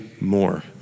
more